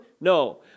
No